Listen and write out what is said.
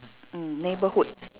mm neighbourhood